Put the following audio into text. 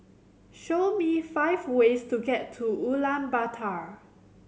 show me five ways to get to Ulaanbaatar